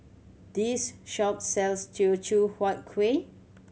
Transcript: this shop sells Teochew Huat Kuih